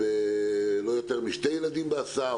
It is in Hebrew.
לא יותר משני ילדים בהסעה,